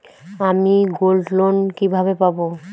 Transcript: আমি গোল্ডলোন কিভাবে পাব?